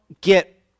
get